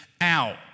out